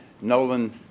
Nolan